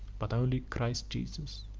but only christ jesus